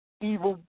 evil